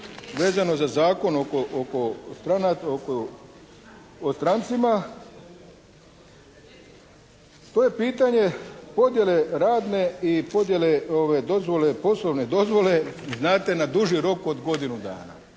vezano za Zakon o strancima. To je pitanje podjele radne i podjele dozvole, poslovne dozvole znate na duži rok od godinu dana.